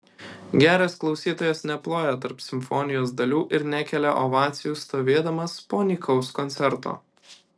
geras klausytojas neploja tarp simfonijos dalių ir nekelia ovacijų stovėdamas po nykaus koncerto